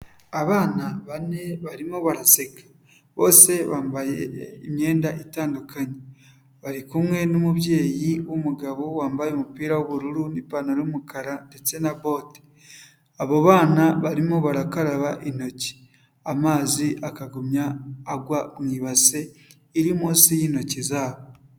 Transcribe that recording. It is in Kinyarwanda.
Abana bane barimo baraseka bose bambaye imyenda itandukanye, bari kumwe n'umubyeyi w'umugabo wambaye umupira w'ubururu n'ipantaro y'umukara ndetse na bote. Abo bana barimo barakaraba intoki, amazi akagumya agwa mu ibasi iri munsi y'intoki zabo.